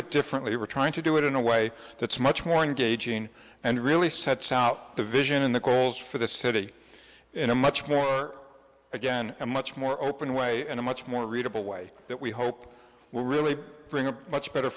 it differently we're trying to do it in a way that's much more engaging and really sets out the vision and the goals for the city in a much more or again a much more open way in a much more readable way that we hope will really bring a much better